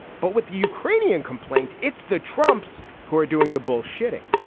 but with the ukrainian complaint it's the trumps who are doing the bullshitting.